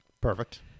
Perfect